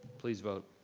please vote.